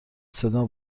صدا